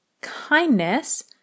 kindness